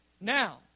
Now